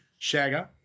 Shagger